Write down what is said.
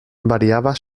variava